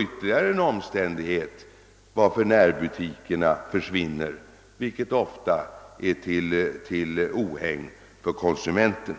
ytterligare en omständighet som bidrar till att närbutikerna försvinner, vilket ofta är till ohägn för konsumenten.